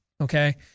Okay